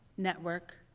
network,